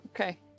Okay